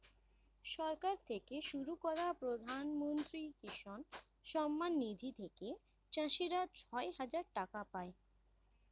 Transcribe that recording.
সরকার থেকে শুরু করা প্রধানমন্ত্রী কিষান সম্মান নিধি থেকে চাষীরা ছয় হাজার টাকা পায়